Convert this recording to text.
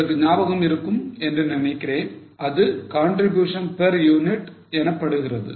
உங்களுக்கு ஞாபகம் இருக்கும் என்று நினைக்கிறேன் அது contribution per unit எனப்படுகிறது